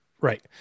Right